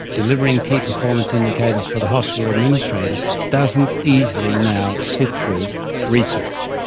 delivering key performance indicators for the hospital administrator doesn't easily now sit with research.